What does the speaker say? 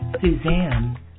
Suzanne